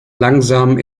langsam